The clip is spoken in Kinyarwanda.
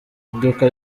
iduka